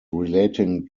relating